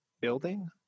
building